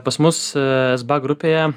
pas mus es b a grupėje